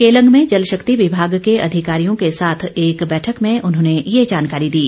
केलंग में जल शक्ति विभाग के अधिकारियों के साथ एक बैठक में उन्होंने ये जानकारी दी